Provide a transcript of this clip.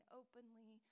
openly